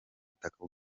butaka